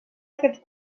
aquests